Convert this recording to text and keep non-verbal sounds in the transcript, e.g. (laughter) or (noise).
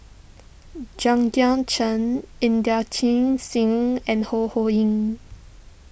(unintelligible) Chen Inderjit Singh and Ho Ho Ying